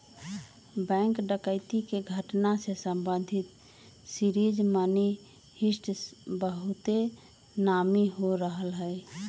bank डकैती के घटना से संबंधित सीरीज मनी हीस्ट बहुते नामी हो रहल हइ